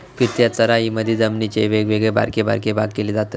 फिरत्या चराईमधी जमिनीचे वेगवेगळे बारके बारके भाग केले जातत